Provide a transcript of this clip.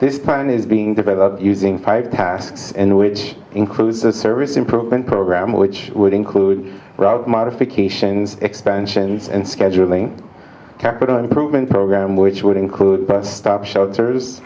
this plan is being developed using five tasks which includes the service improvement program which would include modifications expansions and scheduling capital improvement program which would include bus stop shelters